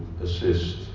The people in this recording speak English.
assist